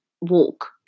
walk